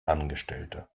angestellte